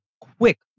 quick